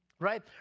right